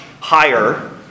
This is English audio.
higher